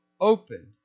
open